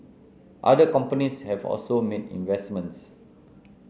other companies have also made investments